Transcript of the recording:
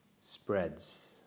spreads